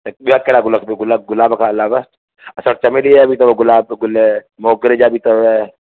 ॿिया कहिड़ा गुल खपेव गुलाब खां अलावा अच्छा चमेली जो गुलाब जो गुल मोगरे जा बि अथव